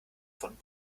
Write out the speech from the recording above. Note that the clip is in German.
von